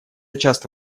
часто